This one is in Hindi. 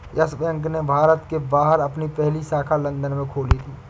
यस बैंक ने भारत के बाहर अपनी पहली शाखा लंदन में खोली थी